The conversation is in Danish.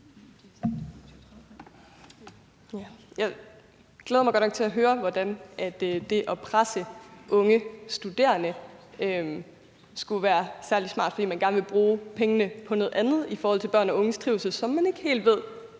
Jeg glæder mig godt nok til at høre, hvordan det at presse unge studerende skulle være særlig smart, fordi man gerne vil bruge pengene på noget andet vedrørende børns og unges trivsel, som man ikke helt ved